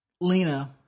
Lena